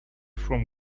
from